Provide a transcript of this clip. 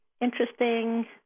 interesting